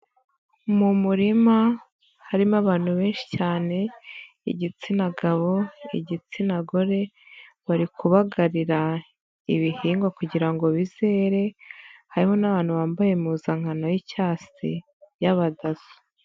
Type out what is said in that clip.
Mu murima harimo abantu benshi cyane igitsina gabo, igitsina gore bari kubagarira ibihingwa kugira ngo bizere, harimo n'abantu bambaye impuzankano y'icyatsi y'abadaso.